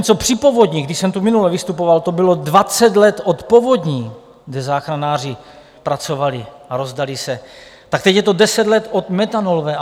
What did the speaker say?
Zatímco při povodních, když jsem tu minule vystupoval, to bylo dvacet let od povodní, kde záchranáři pracovali a rozdali se, tak teď je to deset let od metanolové aféry.